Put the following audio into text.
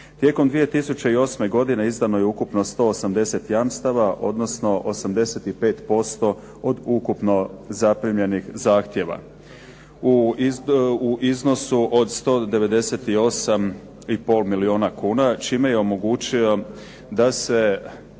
Tijekom 2008. godine izdano je ukupno 180 jamstava, odnosno 85% od ukupno zaprimljenih zahtjeva u iznosu od 198,5 milijuna kuna čime je omogućio da se